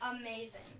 amazing